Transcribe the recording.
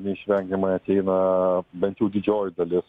neišvengiamai ateina bent jau didžioji dalis